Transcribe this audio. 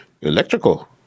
Electrical